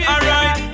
Alright